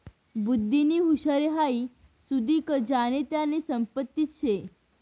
बुध्दीनी हुशारी हाई सुदीक ज्यानी त्यानी संपत्तीच शे